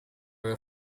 were